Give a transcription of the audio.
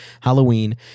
Halloween